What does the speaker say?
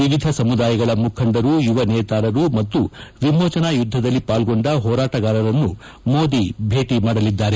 ವಿವಿಧ ಸಮುದಾಯಗಳ ಮುಖಂಡರು ಯುವನೇತಾರರು ಮತ್ತು ವಿಮೋಚನಾ ಯುದ್ದದಲ್ಲಿ ಪಾಲ್ಗೊಂಡ ಹೋರಾಟಗಾರರನ್ನು ಮೋದಿ ಭೇಟಿ ಮಾಡಲಿದ್ದಾರೆ